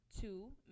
two